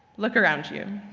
look around you.